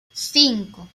cinco